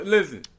Listen